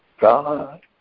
God